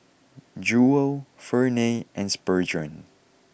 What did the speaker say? Jewel Ferne and Spurgeon